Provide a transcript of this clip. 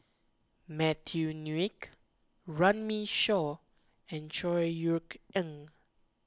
Matthew Ngui Runme Shaw and Chor Yeok Eng